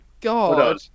god